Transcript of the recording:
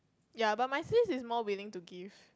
ya but my sis is more willing to give